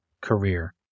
career